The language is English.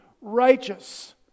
righteous